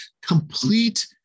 complete